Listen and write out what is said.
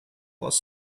plus